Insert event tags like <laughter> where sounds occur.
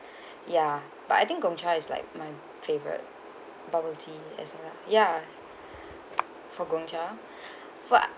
<breath> ya but I think Gongcha is like my favourite bubble tea as all ya ya <breath> for Gongcha <breath> for